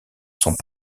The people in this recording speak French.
sont